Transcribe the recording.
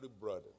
brother